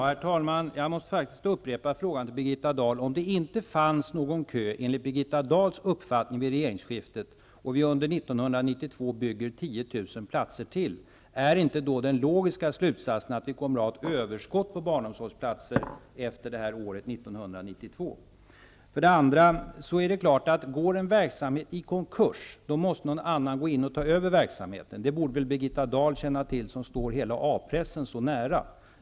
Herr talman! För det första måste jag faktiskt upprepa frågan till Birgitta Dahl: Om det enligt Birgitta Dahls uppfattning inte fanns någon kö vid regeringsskiftet och vi under 1992 bygger 10 000 platser till, är inte då den logiska slutsatsen att vi kommer att ha ett överskott på barnomsorgsplatser efter det här året, 1992? För det andra är det klart att går en verksamhet i konkurs, måste någon annan gå in och ta över verksamheten. Det borde väl Birgitta Dahl känna till som står A-pressen så nära.